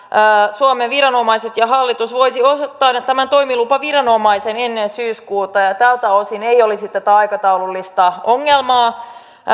suomen viranomaiset ja hallitus voisivat osoittaa tämän toimilupaviranomaisen ennen syyskuuta ja ja tältä osin ei olisi tätä aikataulullista ongelmaa